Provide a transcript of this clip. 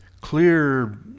clear